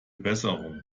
besserung